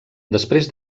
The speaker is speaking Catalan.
després